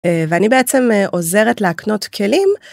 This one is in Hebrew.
ואני בעצם עוזרת להקנות כלים.